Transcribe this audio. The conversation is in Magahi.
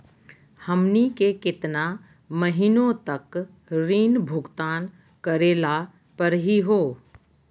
हमनी के केतना महीनों तक ऋण भुगतान करेला परही हो?